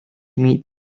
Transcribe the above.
meet